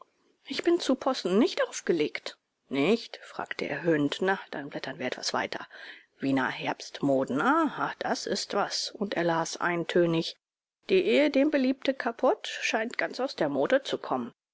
ich bin zu possen nicht aufgelegt nicht fragte er höhnisch na dann blättern wir etwas weiter wiener herbstmoden aha das ist was und er las eintönig die ehedem beliebte kapotte scheint ganz aus der mode zu kommen